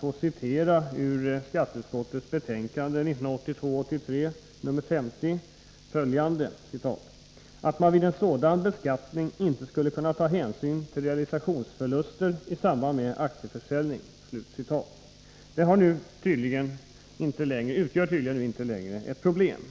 som skatteutskottet i sitt betänkande 1982/83:50 anförde som ett problem, nämligen att man ”vid en sådan beskattning inte skulle kunna ta hänsyn till realisationsförluster i samband med aktieförsäljning”, utgör tydligen inte längre något problem.